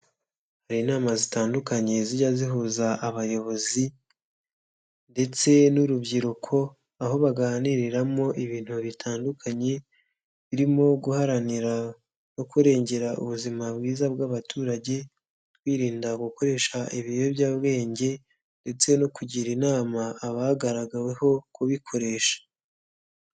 Hari inama zitandukanye zijya zihuza abayobozi ndetse n'urubyiruko, aho baganiriramo ibintu bitandukanye birimo guharanira no kurengera ubuzima bwiza bw'abaturage, kwirinda gukoresha ibiyobyabwenge ndetse no kugira inama abagaragaweho kubikoresha.